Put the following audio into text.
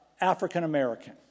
African-American